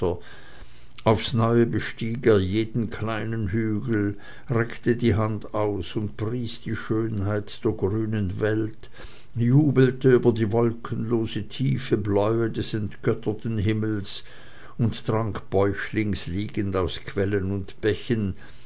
aufs neue bestieg er jeden kleinen hügel reckte die hand aus und pries die schönheit der grünen welt jubelte über die wolkenlose tiefe bläue des entgötterten himmels und trank bäuchlings liegend aus quellen und bächen